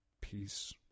peace